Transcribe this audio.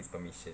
his permission